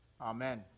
Amen